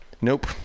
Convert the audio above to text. nope